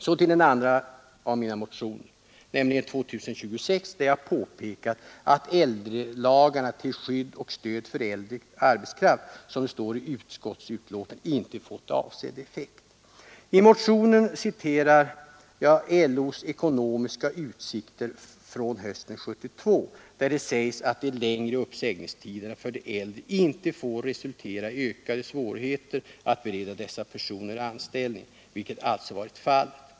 Så till den andra av mina motioner, nr 2026, där jag påpekat att ädrelagarna ”till skydd och stöd för äldre arbetskraft”, som det står i utskottsbetänkandet, inte fått avsedd effekt. I motionen citerar jag LO:s ekonomiska utsikter från hösten 1972, där det sägs att de längre uppsägningstiderna för de äldre inte får resultera i ökade svårigheter att bereda dessa personer anställning, vilket alltså varit fallet.